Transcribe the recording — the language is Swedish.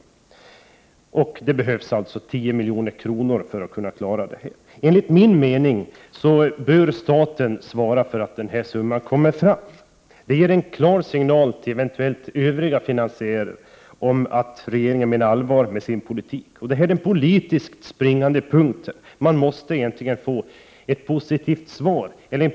För att klara detta behövs 10 milj.kr. Enligt min mening bör staten svara för att denna summa kommer fram. Det ger en klar signal till eventuella övriga finansiärer om att regeringen menar allvar med sin politik. Detta är politiskt den springande punkten. Man måste få en positiv signal.